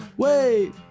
Wait